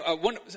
one